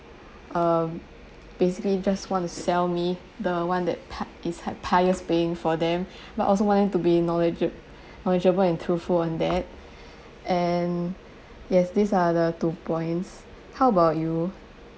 um basically just wanna sell me the one that th~ is th~ highest paying for them but also want them to be knowledgeab~ knowledgeable and truthful on that and yes these are the two points how about you